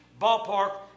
ballpark